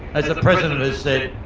as the president has said,